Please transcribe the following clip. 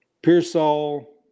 Pearsall